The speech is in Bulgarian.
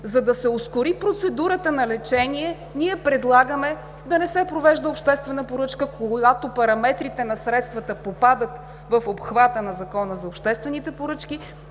За да се ускори процедурата на лечение, ние предлагаме да не се провежда обществена поръчка, когато параметрите на средствата попадат в обхвата на Закона за обществените поръчки,